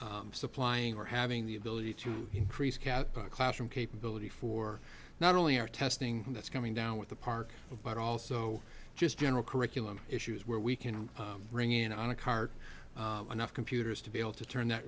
supplying or having the ability to increase cad classroom capability for not only our testing that's coming down with the park but also just general curriculum issues where we can bring in on a car enough computers to be able to turn that